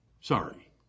Sorry